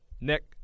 Nick